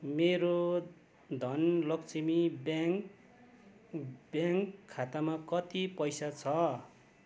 मेरो Dhan Laxmi bank bank खातामा कति पैसा छ